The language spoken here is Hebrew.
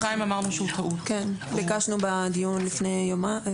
של מי שכלפיו ניתן או מבוקש צו הגנה,